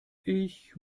ich